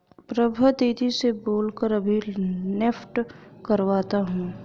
प्रभा दीदी से बोल कर अभी नेफ्ट करवाता हूं